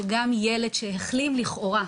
שילד שהחלים לכאורה,